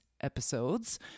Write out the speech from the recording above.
episodes